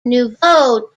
nouveau